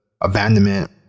abandonment